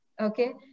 Okay